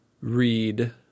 read